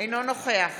אינו נוכח